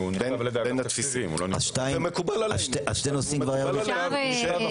מקובל עלינו לגמרי.